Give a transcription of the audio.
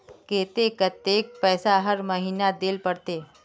केते कतेक पैसा हर महीना देल पड़ते?